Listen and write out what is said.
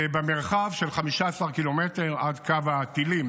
במרחב של 15 ק"מ, עד קו התלים,